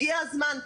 הגיע הזמן.